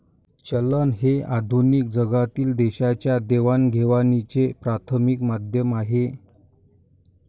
चलन हे आधुनिक जगातील देशांच्या देवाणघेवाणीचे प्राथमिक माध्यम आहे